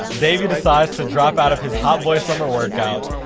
davey decides to drop out of his hot-boy summer workout.